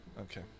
Okay